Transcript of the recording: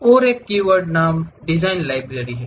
और एक और कीवर्ड नाम डिज़ाइन लाइब्रेरी है